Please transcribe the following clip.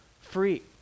free